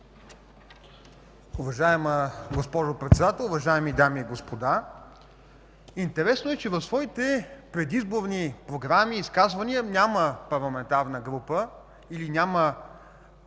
Уважаема госпожо Председател, уважаеми дами и господа! Интересно е, че в своите предизборни програми и изказвания няма парламентарна група или няма